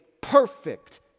perfect